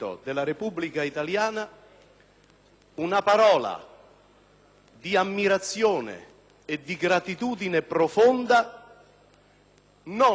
una parola di ammirazione e di gratitudine profonda non ai soggetti